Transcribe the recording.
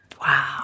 Wow